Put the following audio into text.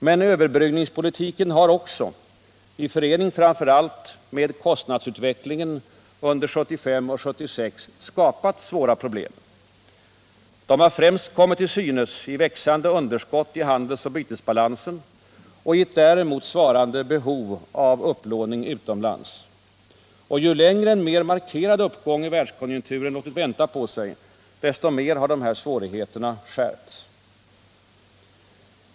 Men överbryggningspolitiken har — också i förening framför allt med kostnadsutvecklingen under 1975 och 1976 — skapat svåra problem. De har främst kommit till synes i ett växande underskott i handelsoch bytesbalansen och i ett däremot svarande behov av upplåning utomlands. Ju längre en mer markerad uppgång i världskonjunkturen låtit vänta på sig, desto mer har svårigheterna skärpts.